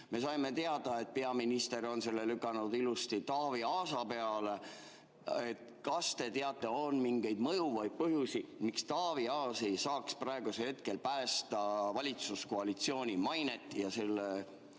Me saime teada, et peaminister on selle lükanud ilusti Taavi Aasa peale. Kas te teate, kas on mingeid mõjuvaid põhjusi, miks Taavi Aas ei saaks praegusel hetkel päästa valitsuskoalitsiooni mainet? Selle